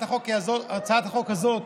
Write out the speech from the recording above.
בהצעת החוק הזאת